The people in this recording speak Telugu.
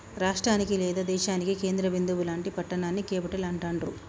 రాష్టానికి లేదా దేశానికి కేంద్ర బిందువు లాంటి పట్టణాన్ని క్యేపిటల్ అంటాండ్రు